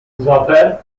zafer